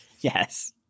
yes